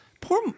poor